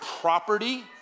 property